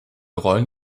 rollen